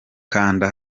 kanda